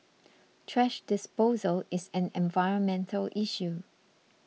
thrash disposal is an environmental issue